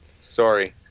Sorry